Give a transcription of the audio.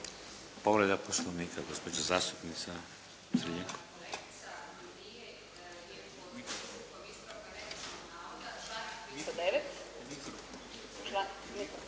Povreda Poslovnika gospođa zastupnica